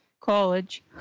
college